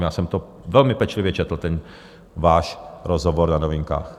Já jsem to velmi pečlivě četl ten váš rozhovor na Novinkách.